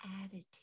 attitude